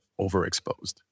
overexposed